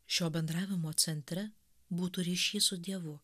šio bendravimo centre būtų ryšys su dievu